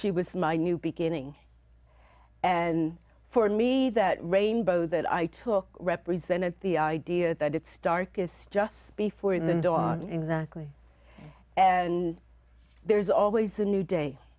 she was my new beginning and for me that rainbow that i took represented the idea that it's darkest just before the dog exactly and there's always a new day